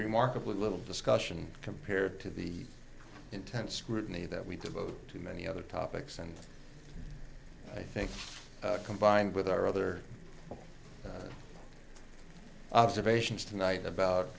remarkably little discussion compared to the intense scrutiny that we devote to many other topics and i think combined with our other observations